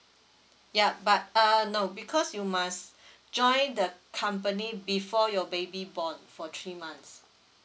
ya but uh no because you must join the company before your baby born for three months